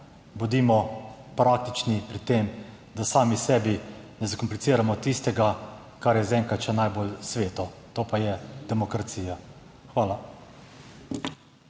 Bodimo praktični pri tem, da sami sebi ne zakompliciramo tistega, kar je zaenkrat še najbolj sveto, to pa je demokracija. Hvala.